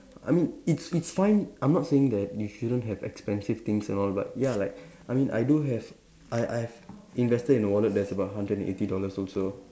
I mean it's it's fine I'm not saying you shouldn't have expensive things and all but ya like I mean I do have I I've invested in a wallet that's about hundred and eighty dollars also